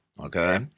okay